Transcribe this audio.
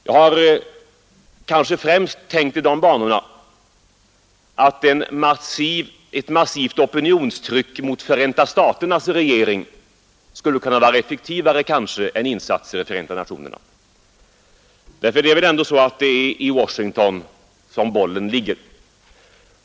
Jag har främst tänkt i de banorna att ett massivt opinionstryck mot Förenta staternas regering kanske skulle kunna vara effektivare än insatser i Förenta nationerna, Det är väl ändå så, att det är i Washington som bollen ligger.